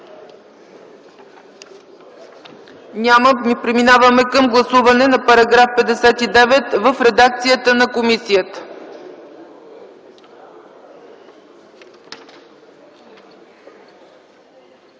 Няма. Преминаваме към гласуване на § 59 в редакцията на комисията.